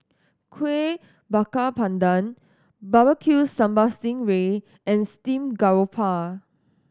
Kuih Bakar Pandan Barbecue Sambal sting ray and steamed garoupa